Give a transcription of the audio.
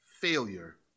failure